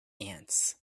ants